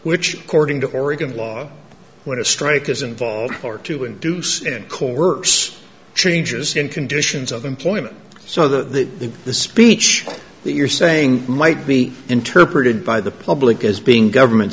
which according to oregon law when a strike is involved or to induce and core works changes in conditions of employment so that the speech that you're saying might be interpreted by the public as being government